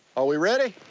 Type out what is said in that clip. are we ready?